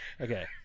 Okay